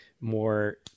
more